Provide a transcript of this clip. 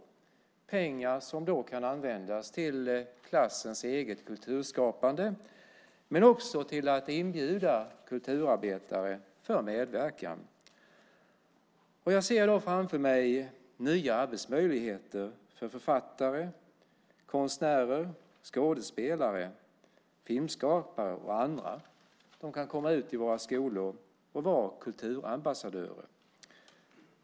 Det är pengar som kan användas till klassens eget kulturskapande men också till att inbjuda kulturarbetare för medverkan. Jag ser framför mig nya arbetsmöjligheter för författare, konstnärer, skådespelare, filmskapare och andra som kan komma ut i våra skolor och vara kulturambassadörer.